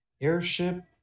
airship